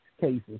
cases